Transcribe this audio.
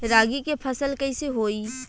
रागी के फसल कईसे होई?